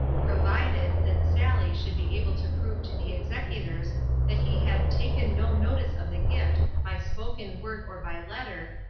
provided, that sally should be able to prove to the executors that he had taken no notice of the gift by spoken word or by letter,